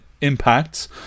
impacts